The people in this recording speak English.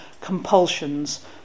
compulsions